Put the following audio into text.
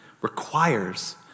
requires